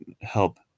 help